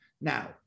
Now